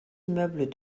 immeubles